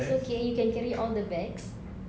it's okay you can carry all the bags